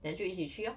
then 就一起去 lor